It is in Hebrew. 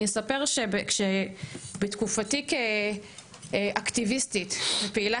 אני אספר שבתקופתי כאקטיביסטית ופעילה